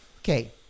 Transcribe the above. Okay